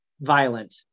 violent